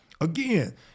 again